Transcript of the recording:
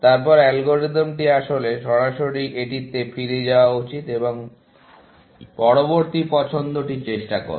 তারপর অ্যালগরিদমটি আসলে সরাসরি এটিতে ফিরে যাওয়া উচিত এবং পরবর্তী পছন্দটি চেষ্টা করো